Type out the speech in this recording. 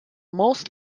most